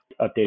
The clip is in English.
updated